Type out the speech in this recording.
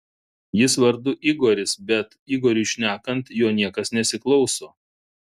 jis vardu igoris bet igoriui šnekant jo niekas nesiklauso